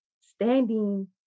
standing